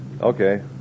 Okay